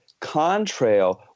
contrail